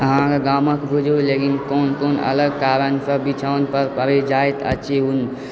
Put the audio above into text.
अहाँके गामके बुजुर्ग कोन कोन अलग कारणसँ बिछाओनपर पड़ि जाइत छि हुन